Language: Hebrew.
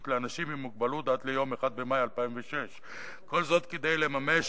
לאנשים עם מוגבלות עד ליום 1 במאי 2006. כל זאת כדי לממש